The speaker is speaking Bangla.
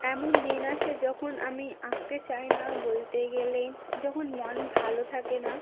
এমন দিন আছে যখন আমি আঁকতে চাই না বলতে গেলে যখন মন ভালো থাকে না